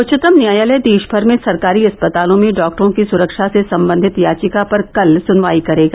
उच्चतम न्यायालय देशभर में सरकारी अस्पतालों में डॉक्टरों की सुरक्षा से संबंधित याचिका पर कल सुनवाई करेगा